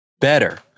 better